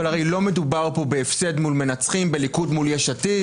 הרי לא מדובר כאן בהפסד מול מנצחים או בליכוד מול יש עתיד.